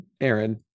Aaron